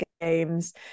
games